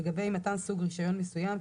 לגבי מתן סוג רישיון מסוים,